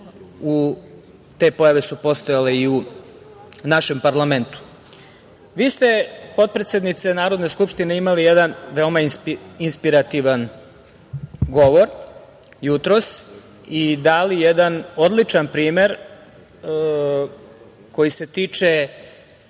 te pojave su postojale i u našem parlamentu. Vi ste, potpredsednice Narodne skupštine, imali jedan veoma inspirativan govor jutros i dali jedan odličan primer koji se tiče